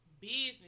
business